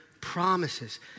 promises